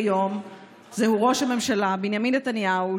כיום זהו ראש הממשלה בנימין נתניהו,